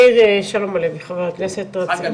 כבר התחילו לבנות אותן.